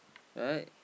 right